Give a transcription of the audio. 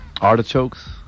Artichokes